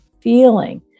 feeling